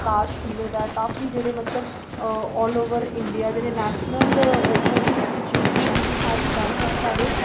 आकाश खु'ल्ले दा ऐ काफी जेह्ड़े मतलब ऑलओवर इंडिया जेह्ड़े नेशनल कोचिंग इंस्टीट्यूट न उं'दी सारी ब्रांच साढ़े